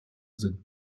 sind